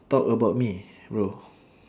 talk about me bro